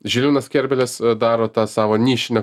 žilvinas kerbedis daro tą savo nišinę